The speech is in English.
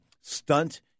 stunt